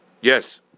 Yes